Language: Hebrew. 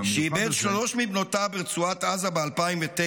הוא איבד שלוש מבנותיו ברצועת עזה ב-2009,